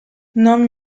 non